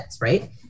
right